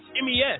MES